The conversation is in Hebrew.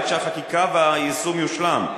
עד שהחקיקה והיישום יושלמו.